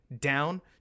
down